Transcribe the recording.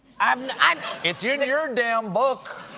i mean it's your and your damn book!